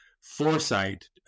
foresight